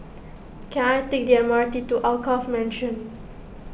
can I take the M R T to Alkaff Mansion